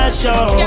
show